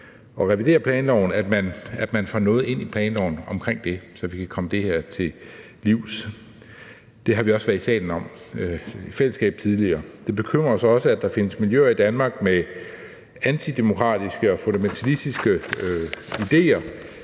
at revidere planloven, får noget ind i planloven om det, så vi kan komme det her til livs. Det har vi også i fællesskab været i salen om tidligere. Det bekymrer os også, at der findes miljøer i Danmark med antidemokratiske og fundamentalistiske idéer.